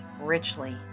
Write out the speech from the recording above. richly